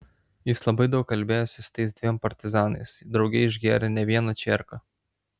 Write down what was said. jis labai daug kalbėjosi su tais dviem partizanais drauge išgėrė ne vieną čierką